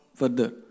further